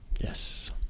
Yes